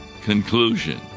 conclusion